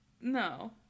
No